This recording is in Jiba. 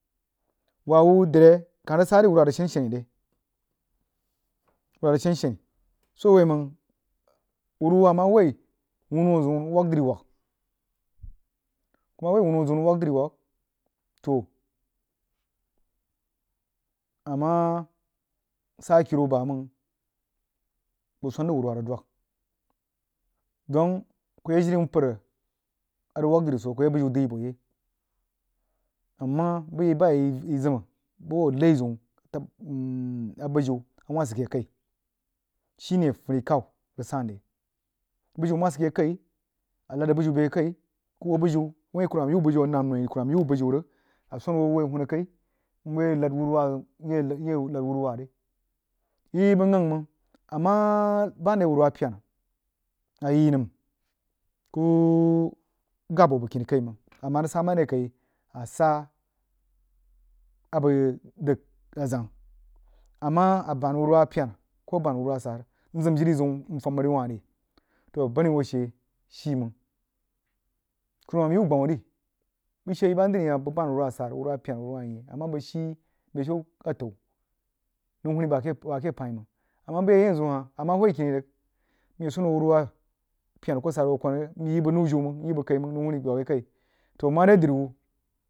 Waah-wuh dri kah nig sare wuoh wurwa rig shein shein re wunwa ng shein-shein so awai məng wurwa ma woi wunno zeun rig wagha-chi-wagha kuma woi wanno zeun ng wagha-dri-wagha toh ama sa hakero baməng ku swan zəg warwa ng dwəg don ku yak jon mpər a ng wagha dri so ku yək biyin daghgi buoh yei amma bəgy bah i zim buh nai zeun a bujin awah sid keh kai shine funikhau ng sanre bayin ma sid ke kai anad zəg buyin beh kai ku hum buyin wain kunmam yiu biyun a nəmma noi kuruman yiu biu rig a swan huoh yi hunna kai nhuoh ye nəd warwa nye nəd warwa ri, yi bəg yangha məng ama band re warwa pyenn, ayi nəm kuh gabba huoh bəg kni kai məng asa abəg dagha zəng ama a band wurwa pyena koh a band wurwa sura nzim jiri zeun toh banni wuoh shee shi məng kummam yiwu gbun ri bəg shee yi ba nri hah bəg band wurwa sara pyena wurwa nyeh ama bəg ghii bah shiu atau nau hunni bah keh pain məng ama yanzu hah bəg ye swan huoh wurwa gyena koh sura huoh kwan yei nyi bəg nau jui məng nyi kai məng nau hunni dwəg re kai toh mare dri wuh.